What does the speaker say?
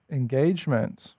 engagement